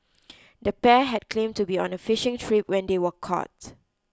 the pair had claimed to be on a fishing trip when they were caught